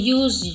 use